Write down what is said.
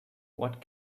what